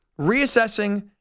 reassessing